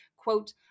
quote